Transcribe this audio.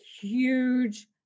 huge